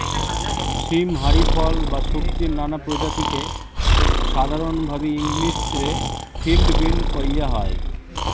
সীম হারি ফল বা সব্জির নানা প্রজাতিকে সাধরণভাবি ইংলিশ রে ফিল্ড বীন কওয়া হয়